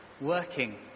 working